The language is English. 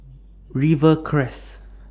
Rivercrest